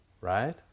right